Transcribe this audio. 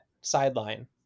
sideline